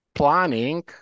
planning